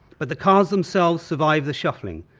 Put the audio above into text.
but the cards themselves survive the shuffling.